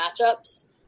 matchups